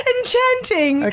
Enchanting